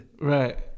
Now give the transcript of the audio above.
Right